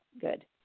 good